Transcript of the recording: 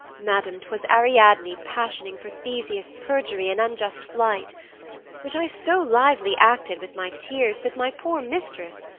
madam, twas ariadne passioning for theseus' perjury and unjust flight which i so lively acted with my tears that my poor mistress,